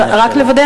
רק לוודא,